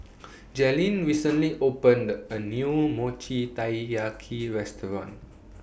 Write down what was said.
Jalyn recently opened A New Mochi Taiyaki Restaurant